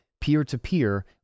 peer-to-peer